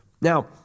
Now